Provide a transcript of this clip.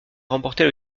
remporter